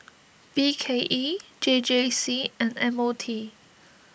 B K E J J C and M O T